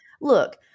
look